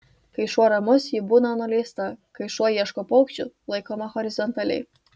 kai šuo ramus ji būna nuleista kai šuo ieško paukščių laikoma horizontaliai